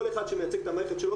כל אחד שמייצג את המערכת שלו,